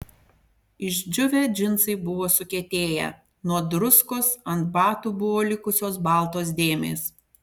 išdžiūvę džinsai buvo sukietėję nuo druskos ant batų buvo likusios baltos dėmės